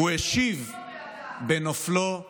" הוא השיב בנופלו בעדה.